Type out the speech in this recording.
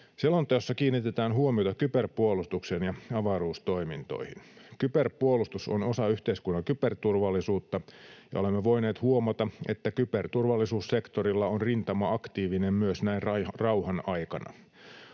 Selonteossa kiinnitetään huomiota kyberpuolustukseen ja avaruustoimintoihin. Kyberpuolustus on osa yhteiskunnan kyberturvallisuutta, ja olemme voineet huomata, että kyberturvallisuussektorilla on rintama aktiivinen myös näin rauhan aikana.